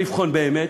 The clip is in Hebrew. לבחון באמת,